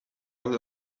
out